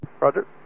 Roger